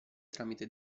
tramite